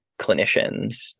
clinicians